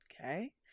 Okay